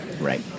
Right